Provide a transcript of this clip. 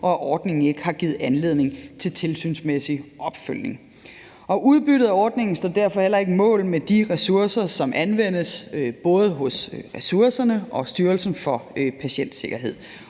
og at ordningen ikke har givet anledning til tilsynsmæssig opfølgning. Udbyttet af ordningen står derfor heller ikke mål med de ressourcer, som anvendes hos både regionerne og Styrelsen for Patientsikkerhed.